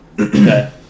Okay